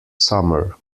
summer